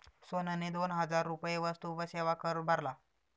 सोहनने दोन हजार रुपये वस्तू व सेवा कर भरला